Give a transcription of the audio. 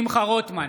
שמחה רוטמן,